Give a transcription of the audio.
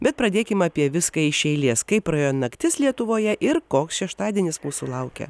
bet pradėkime apie viską iš eilės kaip praėjo naktis lietuvoje ir koks šeštadienis mūsų laukia